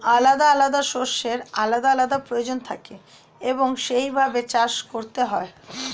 আলাদা আলাদা শস্যের আলাদা আলাদা প্রয়োজন থাকে এবং সেই ভাবে চাষ করতে হয়